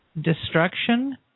destruction